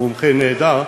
מומחה נהדר,